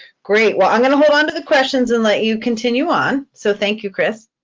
great, well i'm going to hold onto the questions and let you continue on, so thank you, chris.